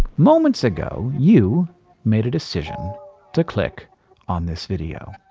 moments ago, you made a decision to click on this video.